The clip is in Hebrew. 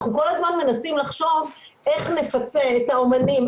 אנחנו כל הזמן מנסים לחשוב איך נפצה את האומנים,